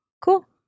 Cool